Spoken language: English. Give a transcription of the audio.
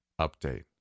Update